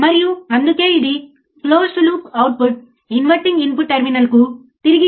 మేము ఇన్పుట్ను గ్రౌండ్ చేసాము అంటే అవుట్పుట్ వోల్టేజ్ 0 వోల్ట్ ఉండాలి